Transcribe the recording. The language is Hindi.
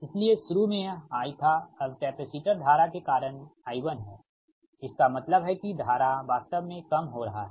इसलिए शुरू में यह I था अब कैपेसिटर धारा के कारण I1है इसका मतलब है कि धारा वास्तव में कम हो रहा है